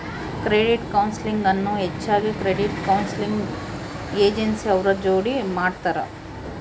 credit counselling ಅನ್ನು ಹೆಚ್ಚಾಗಿ credit counselling agency ಅವ್ರ ಜೋಡಿ ಮಾಡ್ತರ